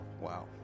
Wow